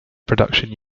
production